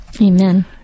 Amen